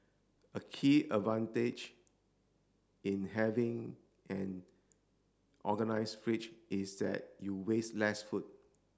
a key advantage in having an organised fridge is that you waste less food